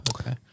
Okay